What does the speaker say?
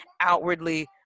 outwardly